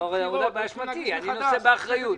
לא באשמתי אבל אני נושא באחריות.